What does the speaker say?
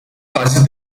fasi